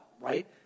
right